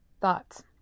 thoughts